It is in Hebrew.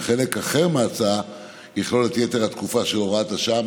וחלק אחר מההצעה יכלול את יתר התקופה של הוראת השעה.